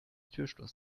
türschloss